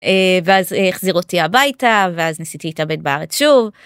ואז החזיר אותי הביתה ואז ניסיתי להתאבד בארץ שוב.